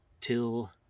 till